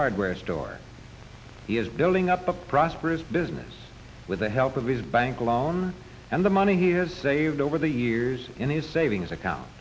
hardware store he is building up a prosperous business with the help of his bank loan and the money he has saved over the years in his savings account